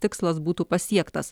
tikslas būtų pasiektas